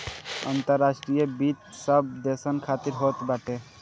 अंतर्राष्ट्रीय वित्त सब देसन खातिर होत बाटे